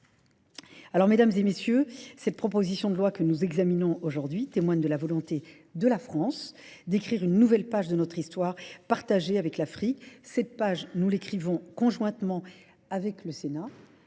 Alors, mesdames et messieurs, cette proposition de loi que nous examinons aujourd'hui témoigne de la volonté de la France d'écrire une nouvelle page de notre histoire partagée avec l'Afrique. Cette page, nous l'écrivons conjointement avec le Sénat,